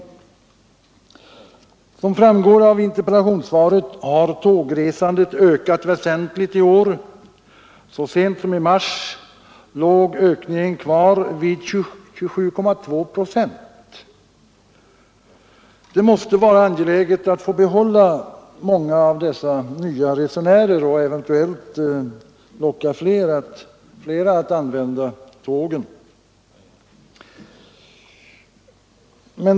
Som framgår av interpellationssvaret har tågresandet ökat väsentligt i år. Så sent som i mars låg ökningen kvar vid 27,2 procent. Det måste vara angeläget att få behålla många av dessa nya resenärer och eventuellt locka fler att använda tågen.